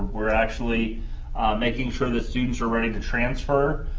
we're actually making sure that students are ready to transfer.